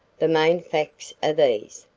the main facts are these,